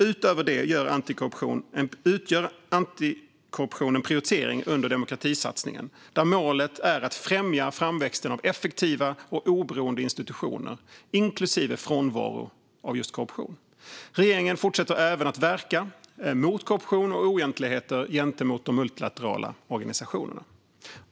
Utöver det utgör antikorruption en prioritering under demokratisatsningen där målet är att främja framväxten av effektiva och oberoende institutioner, inklusive frånvaro av just korruption. Regeringen fortsätter även att verka mot korruption och oegentligheter gentemot de multilaterala organisationerna.